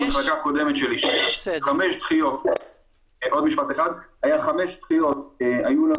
היו חמש דחיות - היו לי